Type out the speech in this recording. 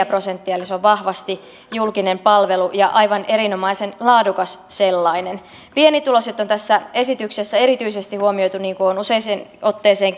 prosenttia eli se on vahvasti julkinen palvelu ja aivan erinomaisen laadukas sellainen pienituloiset on tässä esityksessä erityisesti huomioitu niin kuin olen useaan otteeseen